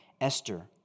Esther